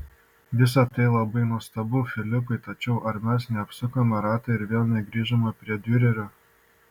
visa tai labai nuostabu filipai tačiau ar mes neapsukome rato ir vėl negrįžome prie diurerio